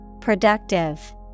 Productive